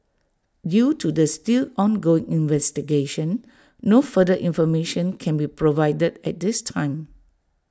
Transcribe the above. due to the still ongoing investigation no further information can be provided at this time